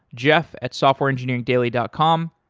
jeff at softwareengineeringdaily dot com.